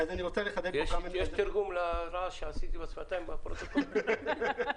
אני רוצה לחדד כאן כמה נקודות בהקשר הזה.